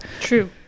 true